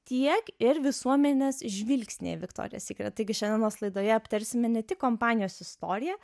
tiek ir visuomenės žvilgsnyje į viktorija sykret šiandienos laidoje aptarsime ne tik kompanijos istoriją